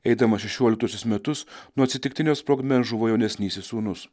eidamas šešioliktuosius metus nuo atsitiktinio sprogmens žuvo jaunesnysis sūnus